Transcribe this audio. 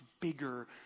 bigger